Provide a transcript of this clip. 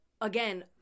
again